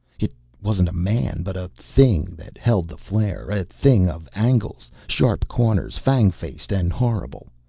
it wasn't a man but a thing that held the flare. a thing of angles, sharp corners, fang-faced and horrible.